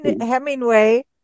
Hemingway